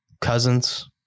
cousins